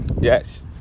yes